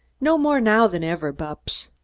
no more now than ever, bupps.